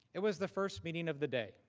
it was the first meeting of the day.